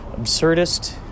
absurdist